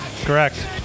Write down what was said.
Correct